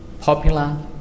popular